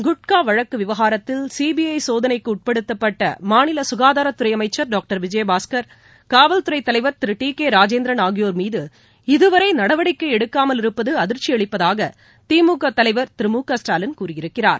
குட்கா வழக்கு விவகாரத்தில் சிபிஐ சோதனைக்கு உட்படுத்தப்பட்ட மாநில சுகாதாரத் துறை அமைச்சர் டாக்டர் விஜயபாஸ்கர் காவல் துறைத் தலைவர் திரு டி கே ராஜேந்திரன் ஆகியோர் மீது இதுவரை நடவடிக்கை எடுக்காமல் இருப்பது அதிர்ச்சியளிப்பதாக திமுக தலைவர் திரு மு க ஸ்டாலின் கூறியிருக்கிறார்